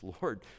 Lord